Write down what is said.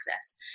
access